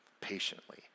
patiently